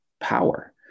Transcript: power